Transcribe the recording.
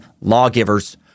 lawgivers